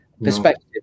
Perspective